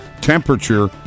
temperature